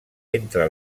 entre